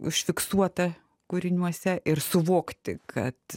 užfiksuotą kūriniuose ir suvokti kad